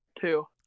Two